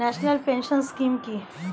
National pension scheme কি?